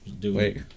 Wait